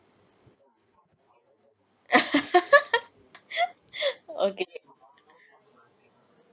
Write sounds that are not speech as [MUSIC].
[LAUGHS] okay